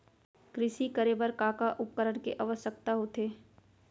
कृषि करे बर का का उपकरण के आवश्यकता होथे?